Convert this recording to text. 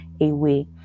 away